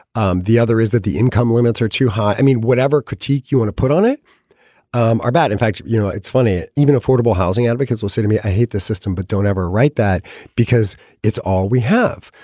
um the other is that the income limits are too high. i mean, whatever critique you want to put on it um are bad. in fact, you know, it's funny. even affordable housing advocates will say to me, i hate the system, but don't ever write that because it's all we have.